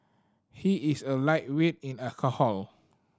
he is a lightweight in alcohol